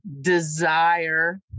desire